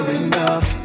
enough